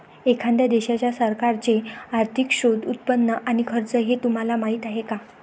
एखाद्या देशाच्या सरकारचे आर्थिक स्त्रोत, उत्पन्न आणि खर्च हे तुम्हाला माहीत आहे का